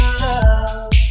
love